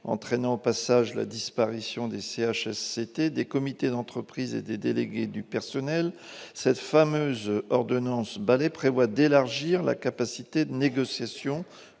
entraînant au passage la disparition des CHSCT, des comités d'entreprise et des délégués du personnel, cette fameuse ordonnance balai prévoit d'élargir la capacité de négociation